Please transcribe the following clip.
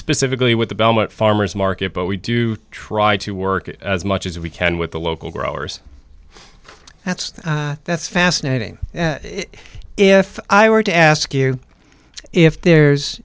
specifically with the belmont farmer's market but we do try to work as much as we can with the local growers that's that's fascinating if i were to ask you if there's